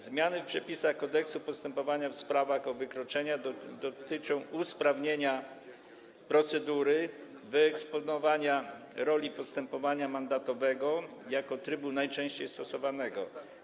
Zmiany w przepisach Kodeksu postępowania w sprawach o wykroczenia dotyczą usprawnienia procedury, wyeksponowania roli postępowania mandatowego jako trybu najczęściej stosowanego.